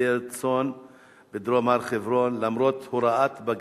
ודיר צאן בדרום הר-חברון, למרות הוראת בג"ץ.